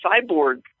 cyborg